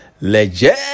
Legend